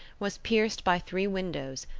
was pierced by three windows,